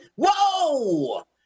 Whoa